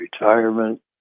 retirement